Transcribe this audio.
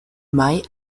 mai